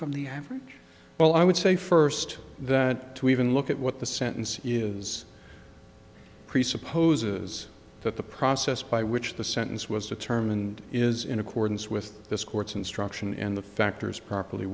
from the average well i would say first that to even look at what the sentence is presupposes that the process by which the sentence was determined is in accordance with this court's instruction and the factors properly